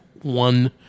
one